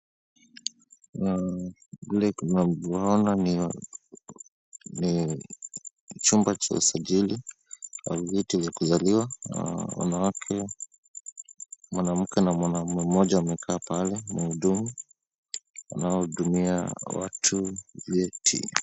Vile tunavyoona ni chumba cha usajili kwa vyeti vya kuzaliwa. Mwanamke na mwanaume mmoja wamekaa pale wanaohudumia watu vyeti.